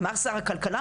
אמר שר הכלכלה,